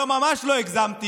לא, ממש לא הגזמתי.